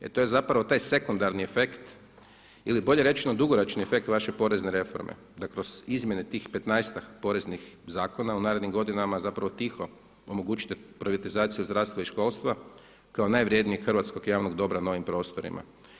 Jer to je zapravo taj sekundarni efekt ili bolje rečeno dugoročni efekt vaše porezne reforme da kroz izmjene tih petnaestak poreznih zakona u narednim godinama zapravo tiho omogućite privatizaciju zdravstva i školstva kao najvrjednijeg hrvatskog javnog dobra na ovim prostorima.